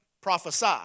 prophesy